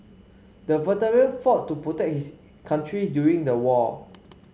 the veteran fought to protect his country during the war